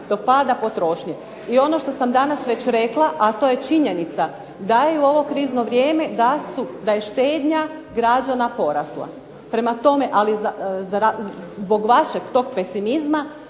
do pada potrošnje. I ono što sam danas već rekla, a to je činjenica da je u ovo krizno vrijeme, da je štednja građana porasla. Prema tome, ali zbog vašeg tog pesimizma